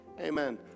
Amen